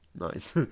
Nice